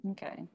Okay